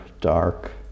dark